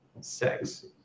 sex